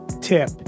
tip